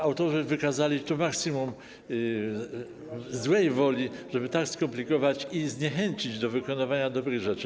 Autorzy wykazali tu maksimum złej woli, żeby tak to skomplikować i zniechęcić do wykonywania dobrych rzeczy.